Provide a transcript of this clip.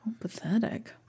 Pathetic